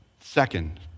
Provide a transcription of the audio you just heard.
Second